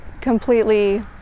completely